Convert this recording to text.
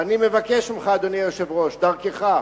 ואני מבקש ממך, אדוני היושב-ראש, ודרכך